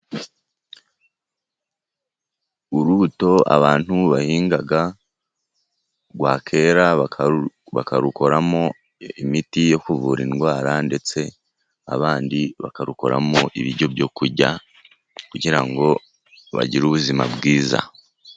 Urubuto abantu bahinga rwa kera, bakarukoramo imiti yo kuvura indwara, ndetse abandi bakarukoramo ibiryo byo kurya, kugira ngo bagire ubuzima bwiza.